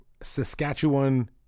Saskatchewan